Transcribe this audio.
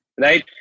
Right